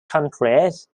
countries